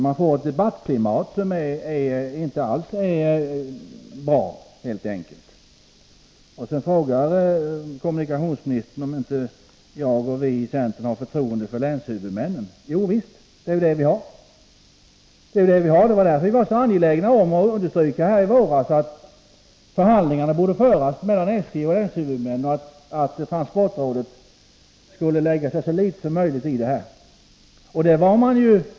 Man får helt enkelt ett debattklimat som inte alls är bra. Kommunikationsministern frågade om jag och vi i centern inte har förtroende för länshuvudmännen. Jo visst, det är det vi har, och det var därför som vi var så angelägna om att understryka här i våras att förhandlingarna borde föras mellan SJ och länshuvudmännen och att transportrådet borde lägga sig i dem så litet som möjligt.